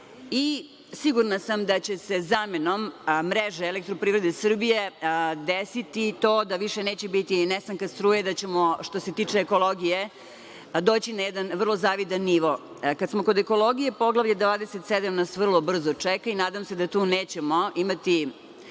i sigurna sam da će se zamenom mreže Elektroprivrede Srbije desiti to da više neće biti nestanka struje, da ćemo, što se tiče ekologije, doći na jedan vrlo zavidan nivo. Kada smo kod ekologije, Poglavlje 27 nas vrlo brzo čeka i nadam se da tu nećemo imati